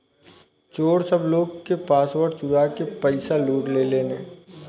चोर सब लोग के पासवर्ड चुरा के पईसा लूट लेलेन